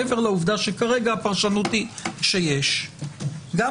מעבר לעובדה שכרגע הפרשנות היא שיש - גם